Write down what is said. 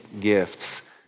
gifts